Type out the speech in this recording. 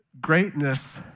Greatness